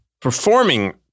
performing